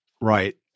Right